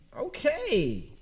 Okay